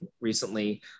recently